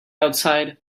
outside